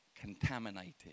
contaminated